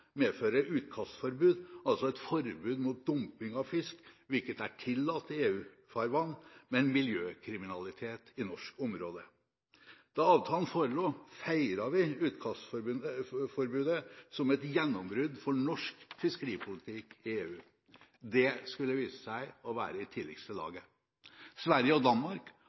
medfører utkastforbud, altså et forbud mot dumping av fisk, hvilket er tillat i EU-farvann, men miljøkriminalitet i norsk område. Da avtalen forelå, feiret vi utkastforbudet som et gjennombrudd for norsk fiskeripolitikk i EU. Det skulle vise seg å være i tidligste laget. Sverige og Danmark